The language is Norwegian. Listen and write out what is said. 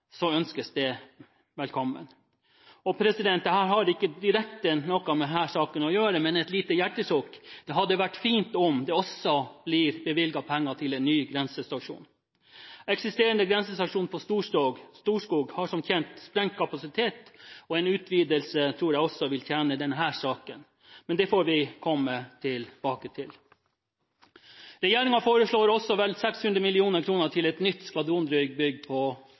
ønskes det velkommen. Det har ikke direkte noe med denne saken å gjøre, men et lite hjertesukk: Det hadde vært fint om det også ble bevilget penger til en ny grensestasjon. Eksisterende grensestasjon på Storskog har som kjent sprengt kapasitet, og en utvidelse tror jeg også vil tjene denne saken. Men det får vi komme tilbake til. Regjeringen foreslår også vel 600 mill. kr til et nytt skvadronbygg for F-35 på